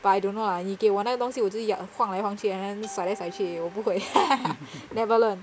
but I don't know lah 你给我那个东西我就晃来晃去 and then 甩来甩去我不会 never learn